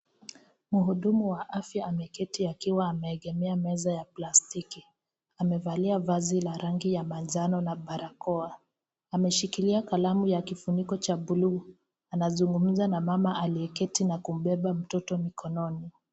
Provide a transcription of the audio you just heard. Mhudumu wa afya ameketi akiwa ameegemea meza ya plastiki. Amevalia vazi la rangi ya manjano na barakoa. Ameshikilia kalamu ya kifuniko cha buluu. Anazungumza na mama aliyeketi na kubeba mtoto mkononi.